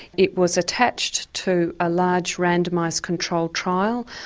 it was attached to a large randomised control trial,